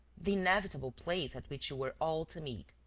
the inevitable place at which you were all to meet.